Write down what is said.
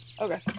Okay